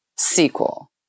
Sequel